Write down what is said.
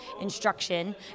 instruction